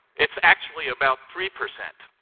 it's actually about three percent.